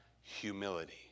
humility